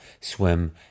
swim